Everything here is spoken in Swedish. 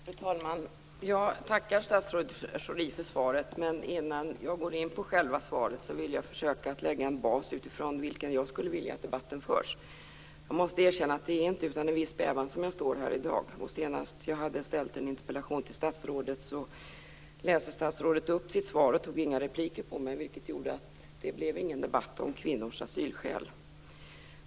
Fru talman! Jag tackar statsrådet Schori för svaret. Men innan jag går in på själva svaret vill jag försöka att lägga en bas utifrån vilken jag skulle vilja att debatten förs. Jag måste erkänna att det inte är utan en viss bävan som jag står här i dag. Senast som jag hade ställt en interpellation till statsrådet läste statsrådet upp sitt svar men gjorde inga ytterligare inlägg, vilket gjorde att det inte blev någon debatt om kvinnors asylskäl.